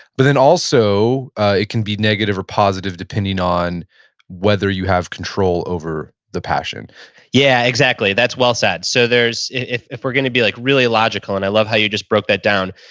but then also it can be negative or positive depending on whether you have control over the passion yeah, exactly. that's well said. so there's, if if we're going to be like really logical, and i love how you just broke that down,